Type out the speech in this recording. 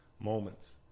moments